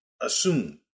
assume